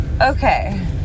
Okay